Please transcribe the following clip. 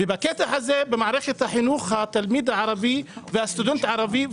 בקטע הזה התלמיד הערבי והסטודנט הערבי,